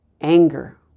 Anger